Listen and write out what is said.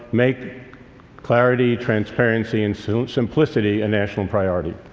make clarity, transparency and so simplicity a national priority.